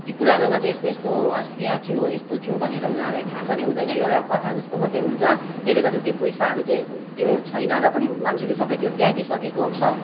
कि पुरानोमा चाहिँ यस्तो यस्तो हँसिया थियो यस्तो थियो भनेर उनीहरूलाई थाहा पनि हुँदैन एउटा कथा जस्तो मात्रै हुन्छ त्यसले गर्दा त्यो पैसाहरू चाहिँ त्यो छैन र पनि मान्छेले सबै त्यो त्यागिसकेको छ